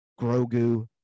Grogu